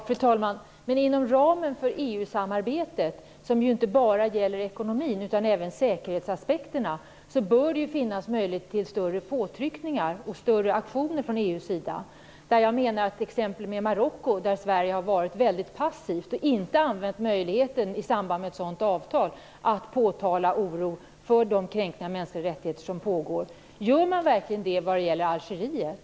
Fru talman! Inom ramen för EU-samarbetet, som ju inte bara gäller ekonomin utan även säkerhetsaspekterna, bör det finnas möjlighet till större påtryckningar och större aktioner från EU:s sida. Jag menar beträffande exemplet Marocko att Sverige varit väldigt passivt och inte använt möjligheten i samband med ett sådant avtal att påtala oro för de kränkningar av mänskliga rättigheter som pågår. Gör man verkligen det vad gäller Algeriet?